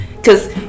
Cause